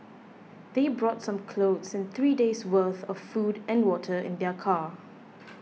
they brought some clothes and three days' worth of food and water in their car